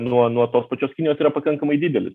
nuo nuo tos pačios kinijos yra pakankamai didelis